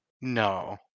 No